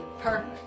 Perfect